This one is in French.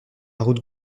route